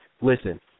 Listen